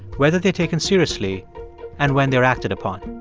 whether they're taken seriously and when they're acted upon.